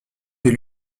des